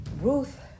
ruth